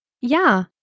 Ja